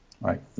Right